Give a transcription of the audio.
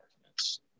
arguments